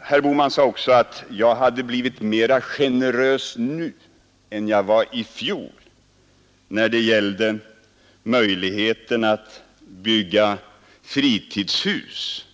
Herr Bohman sade också att jag hade blivit mera generös nu än jag var i fjol när det gällde möjligheten att bygga fritidshus